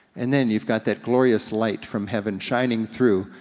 and then you've got that glorious light from heaven shining through,